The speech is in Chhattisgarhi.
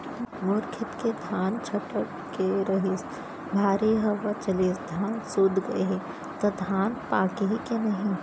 मोर खेत के धान छटक गे रहीस, भारी हवा चलिस, धान सूत गे हे, त धान पाकही के नहीं?